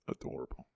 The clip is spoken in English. Adorable